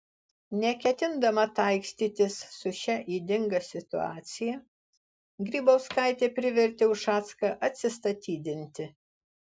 neketindama taikstytis su šia ydinga situacija grybauskaitė privertė ušacką atsistatydinti